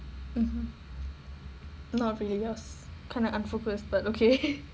mmhmm not really I was kind of unfocused but okay